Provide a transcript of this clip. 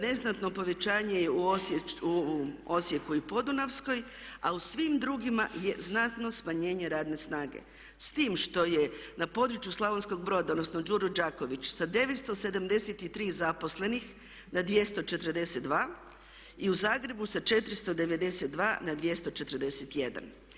Neznatno povećanje je u Osijeku i podunavskoj, a u svim drugima je znatno smanjenje radne snage s tim što je na području Slavonskog Broda, odnosno Đuro Đaković sa 973 zaposlenih na 242 i u Zagrebu sa 492 na 241.